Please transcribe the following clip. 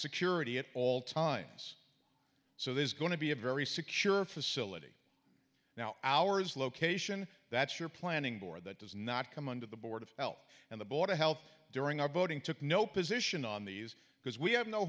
security at all times so there's going to be a very secure facility now hours location that's your planning board that does not come under the board of health and the board of health during our voting took no position on these because we have no